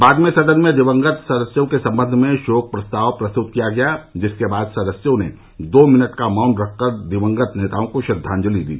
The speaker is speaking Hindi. बाद में सदन में दिवंगत सदस्यों के संबंध में शोक प्रस्ताव प्रस्तुत किया गया जिसके बाद सदस्यों ने दो मिनट का मौन रखकर दिवंगत नेताओं को श्रद्वाजलि दी